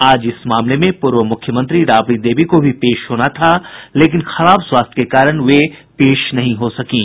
आज इस मामले में पूर्व मुख्यमंत्री राबड़ी देवी को भी पेश होना था लेकिन खराब स्वास्थ्य को कारण वे पेश नहीं हो सकीं